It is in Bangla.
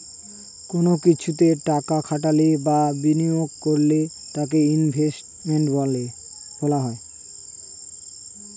কোন কিছুতে টাকা খাটালে বা বিনিয়োগ করলে তাকে ইনভেস্টমেন্ট বলা হয়